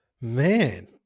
Man